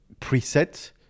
preset